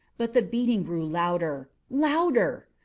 but the beating grew louder, louder!